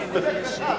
מסתפק באחת.